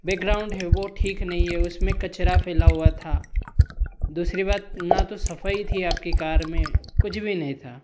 background है वह ठीक नहीं है उसमें कचरा फैला हुआ था दूसरी बात न तो सफ़ाई थी आपकी कार में कुछ भी नहीं था